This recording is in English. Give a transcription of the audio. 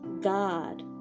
God